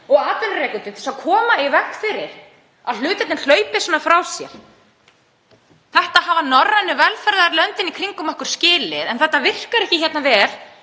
og atvinnurekendum til að koma í veg fyrir að hlutirnir hlaupi svona frá sér. Þetta hafa norrænu velferðarlöndin í kringum okkur skilið en þetta virkar ekki vel